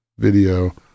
video